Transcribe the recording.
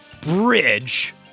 bridge